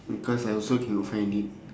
because I also cannot find it